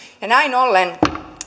ja näin ollen